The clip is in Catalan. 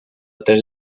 tres